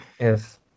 Yes